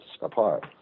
apart